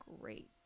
great